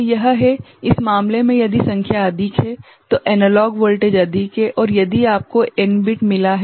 तो यह है इस मामले में यदि संख्या अधिक है तो एनालॉग वोल्टेज अधिक है और यदि आपको n बिट मिला है